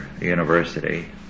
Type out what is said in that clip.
university